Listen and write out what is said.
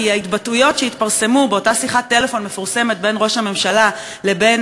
כי ההתבטאויות שהתפרסמו באותה שיחת טלפון מפורסמת בין ראש הממשלה לבין